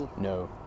No